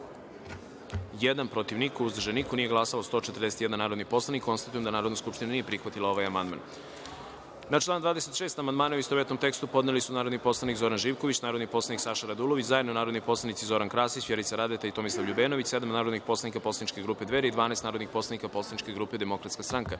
niko, protiv – niko, uzdržanih – nema, nisu glasala 143 narodna poslanika. Konstatujem da Narodna skupština nije prihvatila ovaj amandman. Na član 34. amandmane, u istovetnom tekstu, podneli su narodni poslanik Zoran Živković, narodni poslanik Saša Radulović, zajedno narodni poslanici Zoran Krasić, Vjerica Radeta i Marina Ristić, sedam narodnih poslanik poslaničke grupe Dveri i 12 narodnih poslanika poslaničke grupe Demokratska stranka. Stavljam